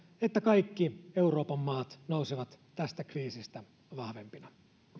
että kaikki euroopan maat nousevat tästä kriisistä vahvempina